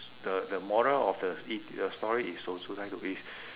s~ the the moral of the it the story is 守株待兔 is